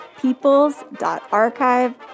peoples.archive